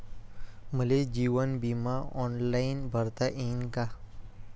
मले जीवन बिमा ऑनलाईन भरता येईन का?